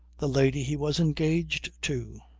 the lady he was engaged to.